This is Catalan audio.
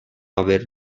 haver